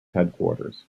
headquarters